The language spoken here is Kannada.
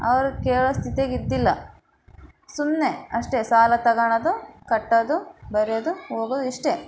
ಅವರು ಕೇಳೋ ಸ್ಥಿತಿಗೆ ಇದ್ದಿಲ್ಲ ಸುಮ್ಮನೆ ಅಷ್ಟೇ ಸಾಲ ತಗೋಳೋದು ಕಟ್ಟೋದು ಬರೆಯೋದು ಹೋಗೋದು ಇಷ್ಟೇ